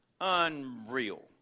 Unreal